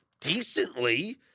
decently